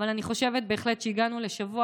אבל אני חושבת בהחלט שהגענו לשבוע